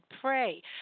pray